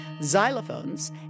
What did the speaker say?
xylophones